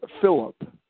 Philip